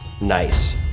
Nice